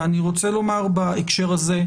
ואני רוצה לומר בהקשר הזה,